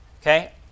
Okay